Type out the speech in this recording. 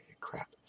Crap